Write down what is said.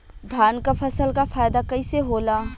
धान क फसल क फायदा कईसे होला?